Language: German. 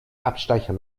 abstecher